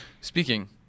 Speaking